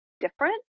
different